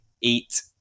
eat